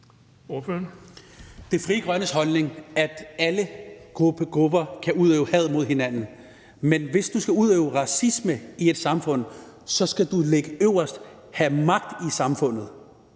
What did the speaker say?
Det er Frie Grønnes holdning, at alle grupper kan udøve had mod hinanden, men hvis man skal udøve racisme i et samfund, skal man ligge øverst, have magt i samfundet.